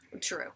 True